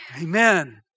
Amen